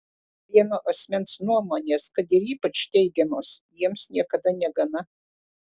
vieno asmens nuomonės kad ir ypač teigiamos jiems niekada negana